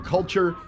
Culture